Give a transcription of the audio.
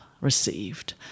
received